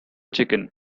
chicken